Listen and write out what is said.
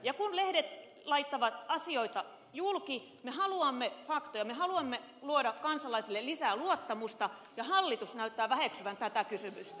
kun lehdet laittavat asioita julki me haluamme faktoja me haluamme luoda kansalaisille lisää luottamusta ja hallitus näyttää väheksyvän tätä kysymystä